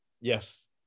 Yes